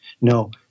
No